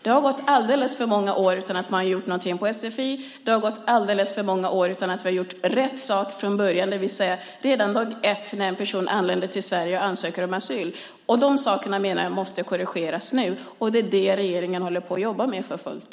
Det har gått alldeles för många år utan att man har gjort någonting med sfi. Det har gått alldeles för många år utan att vi har gjort rätt sak från början, det vill säga redan från dag 1 när en person anländer till Sverige och ansöker om asyl. Jag menar att de sakerna måste korrigeras nu. Det är vad regeringen håller på att jobba med för fullt.